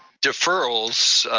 deferrals.